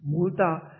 पंधरा टक्के